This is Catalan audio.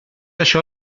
això